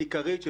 עיקרית,